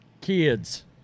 kids